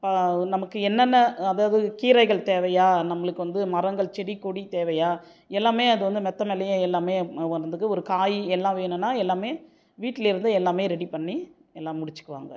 நமக்கு என்னென்ன அதாவது கீரைகள் தேவையான நம்மளுக்கு வந்து மரங்கள் செடிக்கொடி தேவையான எல்லாமே அது வந்து மெத்தை மேலையே எல்லாமே வரதுக்கு ஒரு காயி எல்லாம் வேணுன்னா எல்லாமே வீட்லேருந்து எல்லாமே ரெடி பண்ணி எல்லாம் முடிச்சுக்குவாங்க